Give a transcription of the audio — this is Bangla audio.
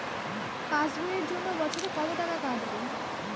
পাস বইয়ের জন্য বছরে কত টাকা কাটবে?